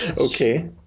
Okay